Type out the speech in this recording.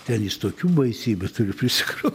ten jis tokių baisybių turi prisikro